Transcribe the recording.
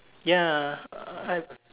ya uh I